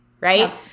right